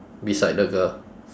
beside the girl